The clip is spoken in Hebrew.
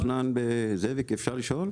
זאביק אפשר לשאול?